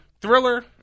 Thriller